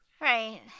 Right